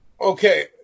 okay